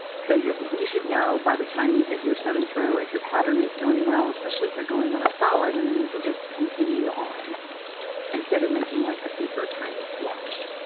so you should know, by the time you hit your seventh row, if your pattern is going well especially if you're going on a solid. and then you could just continue on instead of making, like, a super-tiny swatch.